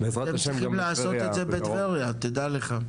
אתם צריכים לעשות את זה בטבריה, תדע לך.